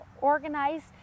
organized